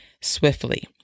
swiftly